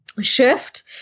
shift